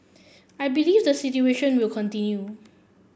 I believe the situation will continue